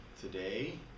today